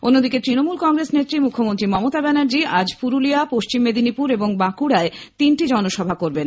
অন্যদিকে তৃণমূল কংগ্রেস নেত্রী মুখ্যমন্ত্রী মমতা ব্যানার্জী আজ পুরুলিয়া পশ্চিম মেদিনীপুর এবং বাঁকুড়ায় তিনটি জনসভা করবেন